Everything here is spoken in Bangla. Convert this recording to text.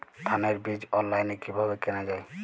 ধানের বীজ অনলাইনে কিভাবে কেনা যায়?